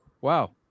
Wow